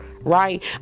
right